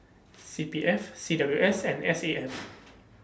C P F C W S and S A F